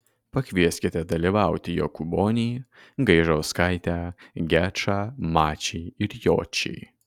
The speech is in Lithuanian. pakvieskite dalyvauti jokūbonį gaižauskaitę gečą mačį ir jočį